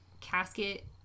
casket